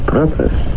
purpose